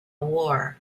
war